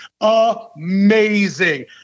amazing